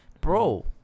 bro